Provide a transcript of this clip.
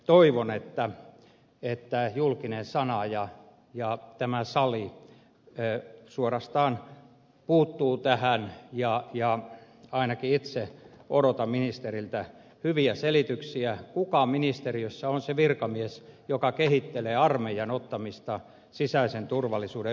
toivon että julkinen sana ja tämä sali suorastaan puuttuvat tähän ja ainakin itse odotan ministeriltä hyviä selityksiä kuka ministeriössä on se virkamies joka kehittelee armeijan ottamista sisäisen turvallisuuden ylläpitämiseen